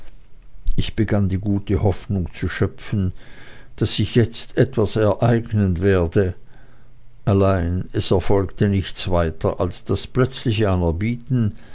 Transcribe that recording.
ich begann die gute hoffnung zu schöpfen daß sich jetzt etwas ereignen werde allein es erfolgte nichts weiter als das plötzliche anerbieten